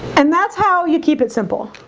and that's how you keep it simple